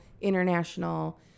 international